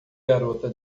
garota